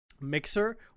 Mixer